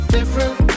Different